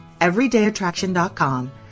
everydayattraction.com